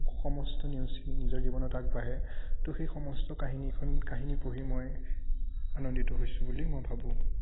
সমস্ত নেওচি নিজৰ জীৱনত আগবাঢ়ে ত' সেই সমস্ত কাহিনী এখন কাহিনী পঢ়ি মই আনন্দিত হৈছোঁ বুলি মই ভাবোঁ